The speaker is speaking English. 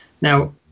Now